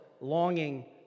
longing